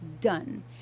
done